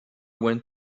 went